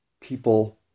people